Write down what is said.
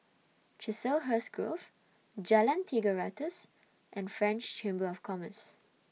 Chiselhurst Grove Jalan Tiga Ratus and French Chamber of Commerce